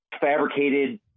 fabricated